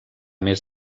més